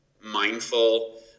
mindful